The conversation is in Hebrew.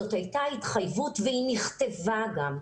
זאת הייתה התחייבות והיא נכתבה גם.